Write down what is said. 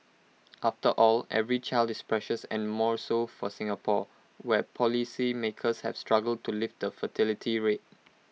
after all every child is precious and more so for Singapore where policymakers have struggled to lift the fertility rate